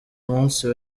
munsi